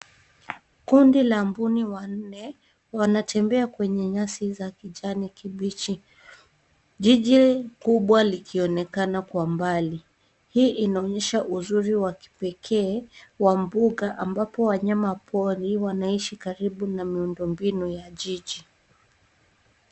Kundi la mbuni wanne wanatembea kwenye nyasi za kijani kibichi jiji kubwa likionekana kwa mbali. Hii inaonyesha uzuri wa kipekee wa mbuga ambapo wanyama pori wanaishi karibu na miundo mbinu ya jiji.